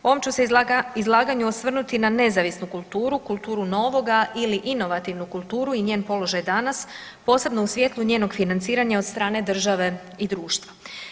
U ovom ću se izlaganju osvrnuti na nezavisnu kulturu, kulturu novoga ili inovativnu kulturu i njen položaj danas posebno u svjetlu njenog financiranja od strane države i društva.